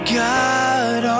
god